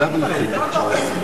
"לא רוצה" זה "לא יכול".